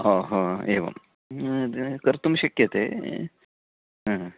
ओ हो एवं तत् कर्तुं शक्यते